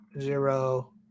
zero